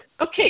Okay